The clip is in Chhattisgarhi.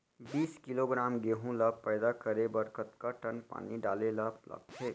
बीस किलोग्राम गेहूँ ल पैदा करे बर कतका टन पानी डाले ल लगथे?